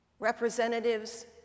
Representatives